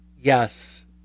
yes